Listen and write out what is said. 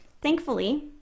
Thankfully